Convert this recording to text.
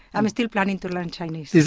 i'm still planning to learn chinese.